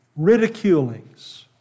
ridiculings